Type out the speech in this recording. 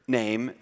name